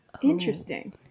Interesting